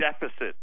deficit